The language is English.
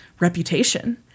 reputation